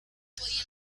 podían